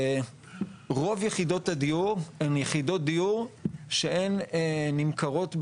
רוב יחידות הדיור הן יחידות דיור שהן נמכרות בהנחה.